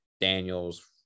Daniels